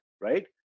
right